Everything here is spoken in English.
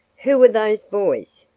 who are those boys?